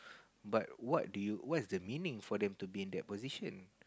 but what do you what is the meaning for them to be in that position